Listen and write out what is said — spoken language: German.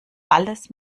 alles